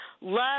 love